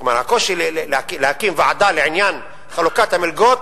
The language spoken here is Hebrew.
כלומר הקושי להקים ועדה לעניין חלוקת המלגות,